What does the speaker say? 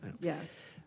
yes